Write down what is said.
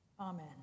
amen